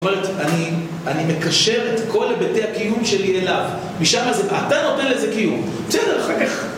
אני מקשר את כל היבטי הקיום שלי אליו. משמה זה... אתה נותן לזה קיום, בסדר? אחר כך